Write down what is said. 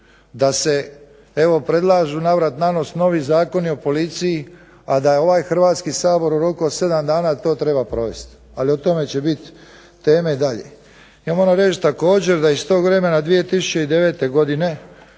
da se evo predlažu navrat-nanos novi zakoni o policiji, a da ovaj Hrvatski sabor u roku od 7 dana to treba provest, ali o tome će biti teme dalje. Ja moram reći također da iz tog vremena 2009. godine